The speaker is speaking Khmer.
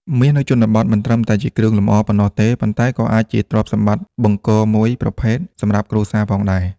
មាសនៅជនបទមិនត្រឹមតែជាគ្រឿងលម្អប៉ុណ្ណោះទេ ប៉ុន្តែក៏អាចជាទ្រព្យសម្បត្តិបង្គរមួយប្រភេទសម្រាប់គ្រួសារផងដែរ។